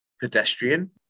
pedestrian